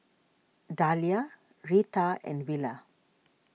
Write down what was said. Dahlia Reatha and Willa